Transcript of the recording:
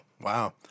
Wow